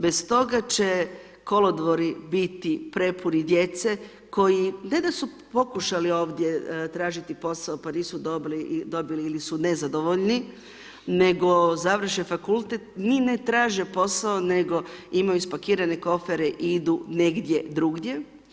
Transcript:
Bez toga će kolodvori biti prepuni djece koji ne da su pokušali ovdje tražiti posao pa nisu dobili, ili su nezadovoljni, nego završe fakultet, ni ne traže posao, nego imaju spakirane kofere i idu negdje drugdje.